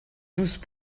douze